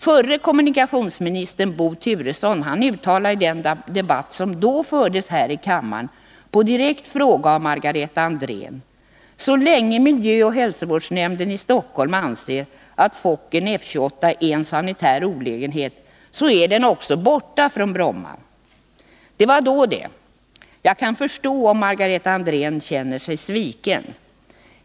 Förre kommunikationsministern Bo Turesson uttalade i den debatt som då fördes här i kammaren på direkt fråga av Margareta Andrén: ”Så länge miljöoch hälsovårdsnämnden i Stockholm anser att Fokkern F-28 är en sanitär olägenhet är den också borta från Bromma.” Det var då det. Jag kan förstå om Margareta Andrén känner sig sviken.